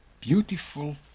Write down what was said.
beautiful